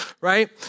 right